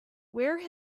where